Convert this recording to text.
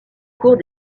cours